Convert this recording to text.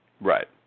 Right